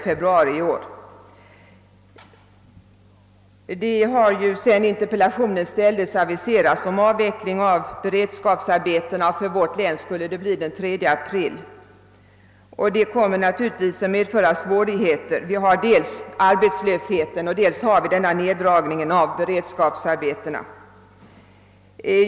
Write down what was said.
Sedan jag framställde min interpellation har man aviserat en avveckling av beredskapsarbetena, för vårt läns vidkomman de den 3 april. Detta kommer givetvis att medföra stora svårigheter. Då får vi dels den gamla arbetslösheten, dels nedskärningen på beredskapsarbetena.